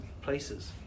places